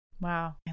Wow